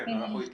כן, אנחנו איתך.